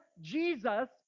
Jesus